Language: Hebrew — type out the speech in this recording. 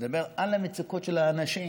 לדבר על המצוקות של האנשים,